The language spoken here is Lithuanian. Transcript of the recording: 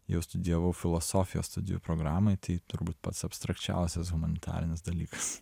jau studijavau filosofijos studijų programoj tai turbūt pats abstrakčiausias humanitarinis dalykas